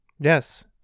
yes